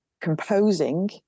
composing